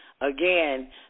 Again